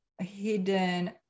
hidden